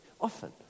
Often